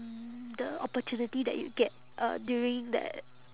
the opportunity that you get uh during that